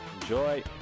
Enjoy